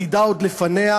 עתידה עוד לפניה,